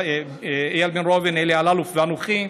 אלי אלאלוף ואנוכי,